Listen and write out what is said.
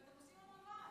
ואתם עושים המון רעש.